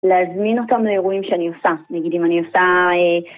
להזמין אותם לאירועים שאני עושה, נגיד אם אני עושה...